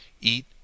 eat